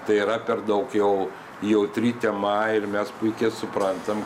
tai yra per daug jau jautri tema ir mes puikiai suprantam